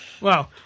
wow